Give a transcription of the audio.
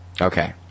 Okay